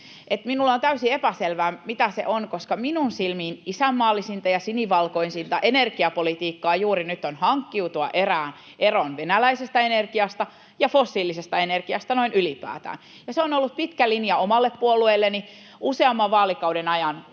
Minulle on täysin epäselvää, mitä se on, koska minun silmiini isänmaallisinta ja sinivalkoisinta energiapolitiikkaa juuri nyt on hankkiutua eroon venäläisestä energiasta ja fossiilisesta energiasta noin ylipäätään, ja se on ollut pitkä linja omalle puolueelleni useamman vaalikauden ajan: